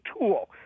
tool